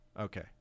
Okay